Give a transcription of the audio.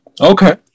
Okay